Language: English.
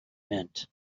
meant